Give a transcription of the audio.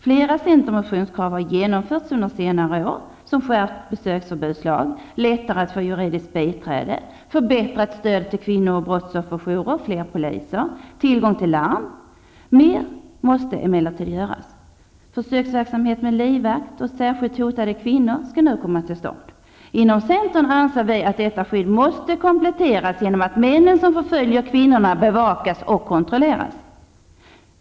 Flera centermotionskrav har genomförts under senare år: skärpt besöksförbudslag, lättare att få juridiskt biträde, förbättrat stöd till kvinno och brottsofferjourer, fler poliser, tillgång till larm. Mer måste emellertid göras. Försöksverksamhet med livvakt åt särskilt hotade kvinnor skall nu komma till stånd. Inom centern anser vi att detta skydd måste kompletteras genom att männen som förföljer kvinnorna bevakas och kontrolleras.